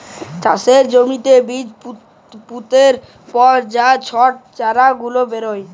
চাষের জ্যমিতে বীজ পুতার পর যে ছট চারা গুলা বেরয়